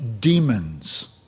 demons